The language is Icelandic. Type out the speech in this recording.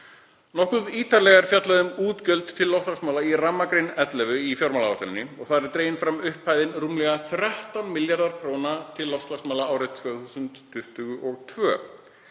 Nokkuð ítarlega er fjallað um útgjöld til loftslagsmála í rammagrein 11 í fjármálaáætluninni. Þar er dregin fram upphæðin rúmlega 13 milljarðar kr. til loftslagsmála árið 2022.